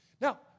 Now